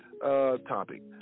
Topic